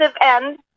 end